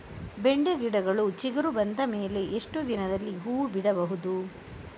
ಬೆಂಡೆ ಗಿಡಗಳು ಚಿಗುರು ಬಂದ ಮೇಲೆ ಎಷ್ಟು ದಿನದಲ್ಲಿ ಹೂ ಬಿಡಬಹುದು?